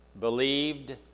believed